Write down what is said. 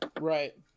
Right